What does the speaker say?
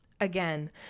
Again